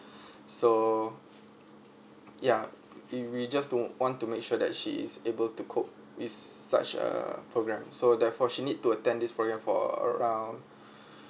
so ya we we just to want to make sure that she is able to cope it's such a program so therefore she need to attend this program for around